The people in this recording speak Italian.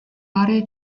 aree